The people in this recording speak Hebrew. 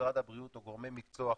משרד הבריאות או גורמי מקצוע אחרים,